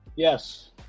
Yes